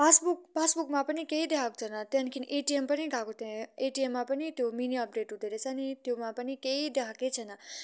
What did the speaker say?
passbook पासबुकमा पनि केही देखाएको छैन त्यहाँदेखिन् एटिएम पनि गएको थिएँ एटिएममा पनि मिनी अपडेट हुँदो रहेछ नि त्योमा पनि केही देखाएकै छैन